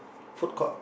food court